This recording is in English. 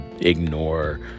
ignore